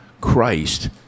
christ